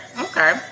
Okay